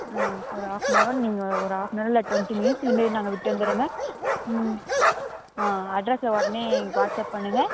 ஆ ஒரு half an hour நீங்கள் ஒரு ஆஃப் அன் அவர் இல்லை டுவெண்ட்டி மினிட்ஸ் முன்னாடி நாங்கள் விட்டு வந்துடுறோங்க ம் ஆ அட்ரஸை உடனே வாட்ஸ்அப் பண்ணுங்கள்